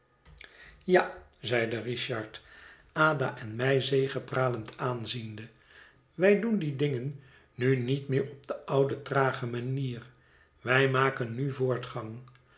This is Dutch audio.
ja zeide richard ada en mij zegepralend aanziende wij doen die dingen nu niet meer op de oude trage manier wij maken nu voortgang